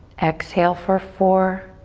exhale for four,